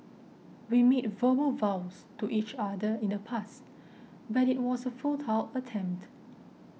we made verbal vows to each other in the past but it was a futile attempt